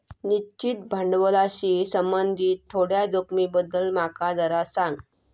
निश्चित भांडवलाशी संबंधित थोड्या जोखमींबद्दल माका जरा सांग